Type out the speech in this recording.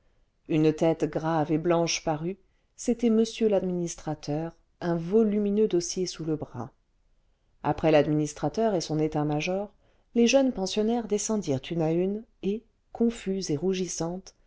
une tête grave et blanche parut c'était m l'administrateur un volumineux dossier sous le bras après l'administrateur et son état-major les jeunes pensionnaires descendirent une à une et confuses et rougissantes